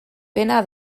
pena